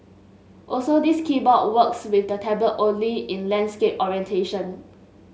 also this keyboard works with the tablet only in landscape orientation